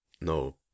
No